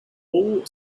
all